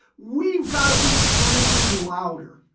we've got to be screaming louder.